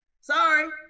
Sorry